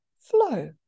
flow